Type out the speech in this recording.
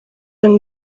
and